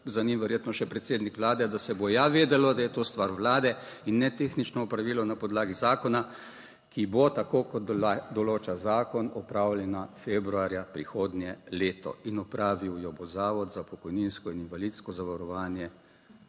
za njim verjetno še predsednik Vlade, da se bo ja vedelo, da je to stvar Vlade in ne tehnično opravilo na podlagi zakona, ki bo, tako kot določa zakon, opravljena februarja prihodnje leto in opravil jo bo Zavod za pokojninsko in invalidsko zavarovanje